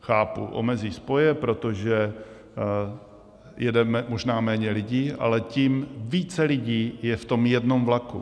Chápu, omezí spoje, protože jede možná méně lidí, ale tím více lidí je v tom jednom vlaku.